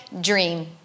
dream